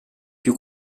più